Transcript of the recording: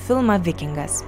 filmą vikingas